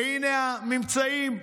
והינה הממצאים: